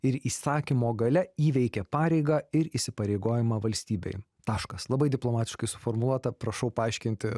ir įsakymo galia įveikė pareigą ir įsipareigojimą valstybei taškas labai diplomatiškai suformuota prašau paaiškinti